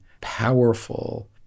powerful